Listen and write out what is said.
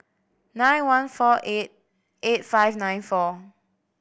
nine one four eight eight five nine four